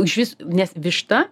išvis nes višta